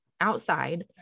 outside